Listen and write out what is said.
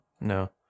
No